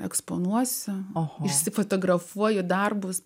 eksponuosiu o nusifotografuoju darbus